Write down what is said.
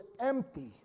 empty